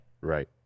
Right